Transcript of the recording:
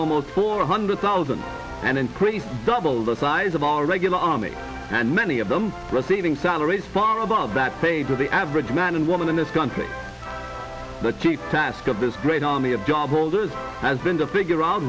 almost four hundred thousand and increased double the size of our regular army and many of them receiving salaries far above that paid to the average man and woman in this country the cheap task of this great army of job holders has been to figure out